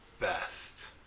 best